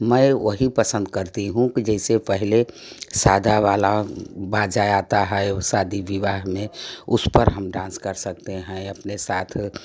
मैं वही पसंद करती हूँ कि जैसे पहले सादा वाला बाजा आता है शादी विवाह में उस पर हम डांस कर सकते हैं अपने साथ